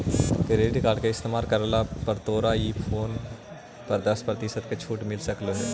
credit card के इस्तेमाल करला पर तोरा ई फोन पर दस प्रतिशत तक छूट मिल सकलों हे